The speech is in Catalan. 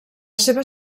seva